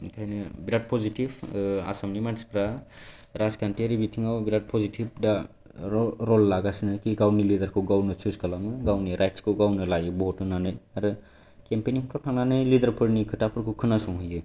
ओंखायनो बिरात पजिटिभ आसामनि मानसिफ्रा राजखान्थियारि बिथिङाव बिरत पजिटिभ दा रल लागासिनो कि गावनि लिदारखौ गावनो चुज खालामो गावनि राइट्सखौ गावनो लायो भट होनानै आरो केम्पिनिंफ्राव थांनानै लिदारफोरनि खोथाफोरखौ खोनासंहैयो